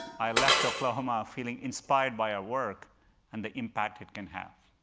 i left oklahoma feeling inspired by our work and the impact it can have.